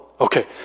Okay